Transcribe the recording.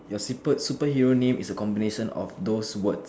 your super super hero name is the combination of those words